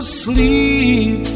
sleep